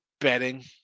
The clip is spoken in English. betting